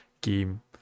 game